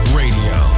radio